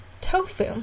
tofu